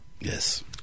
Yes